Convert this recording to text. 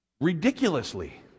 ridiculously